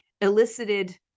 elicited